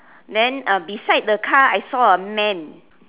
then uh beside the car I saw a man